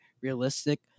realistic